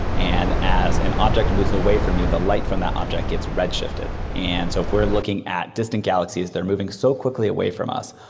and as an object moves away from you, the light from that object gets red-shifted. and so if we are looking at distant galaxies that are moving so quickly away from us,